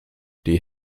die